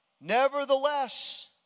Nevertheless